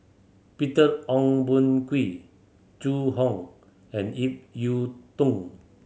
Peter Ong Boon Kwee Zhu Hong and Ip Yiu Tung